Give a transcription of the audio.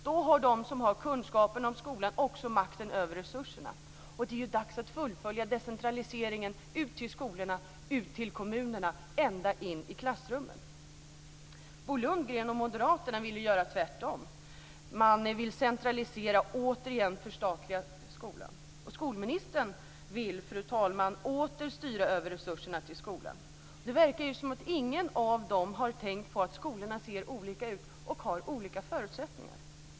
Då har de som har kunskaper om skolan också makten över resurserna. Det är dags att fullfölja decentraliseringen ut till kommunerna, ut till skolorna och ända in i klassrummen. Bo Lundgren och moderaterna vill göra tvärtom. Man vill återigen centralisera och förstatliga skolan. Skolministern vill åter styra över resurserna till skolan. Det verkar som att ingen av dem har tänkt på att skolorna ser olika ut och har olika förutsättningar.